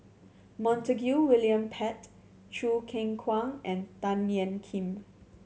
Montague William Pett Choo Keng Kwang and Tan Ean Kiam